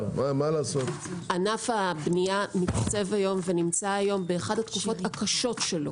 ענף הבנייה נמצא היום באחת התקופות הקשות שלו,